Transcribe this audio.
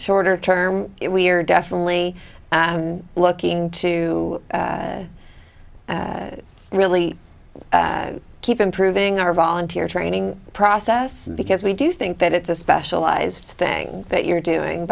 shorter term we're definitely looking to really keep improving our volunteer training process because we do think that it's a specialized thing that you're doing